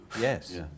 Yes